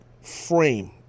frame